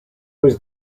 was